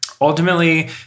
Ultimately